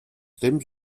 temps